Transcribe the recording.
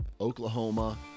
oklahoma